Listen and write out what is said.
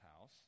house